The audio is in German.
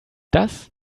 das